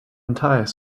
entire